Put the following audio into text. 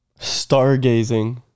stargazing